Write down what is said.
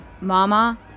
Mama